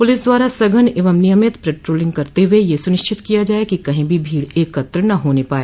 police द्वारा सघन एवं नियमित पेट्रोलिंग करते हुए यह सुनिश्चित किया जाए कि कहीं भी भीड़ एकत्र न होने पाए